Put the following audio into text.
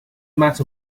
matter